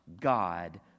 God